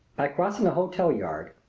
by crossing a hotel yard,